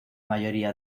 mayoría